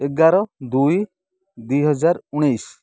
ଏଗାର ଦୁଇ ଦୁଇହଜାର ଉଣେଇଶି